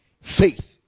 faith